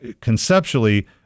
conceptually